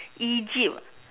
Egypt ah